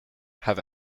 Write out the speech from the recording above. have